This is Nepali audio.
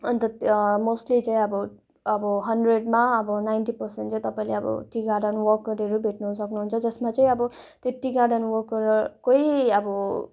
अन्त मोस्ट्ली चाहिँ अब हन्ड्रेडमा अब नाइन्टी पर्सेन्ट चाहिँ तपाईँले अब टी गार्डन वर्करहरू भेट्नुसक्नु हुन्छ जसमा चाहिँ अब त्यो टी गार्डन वर्करकै अब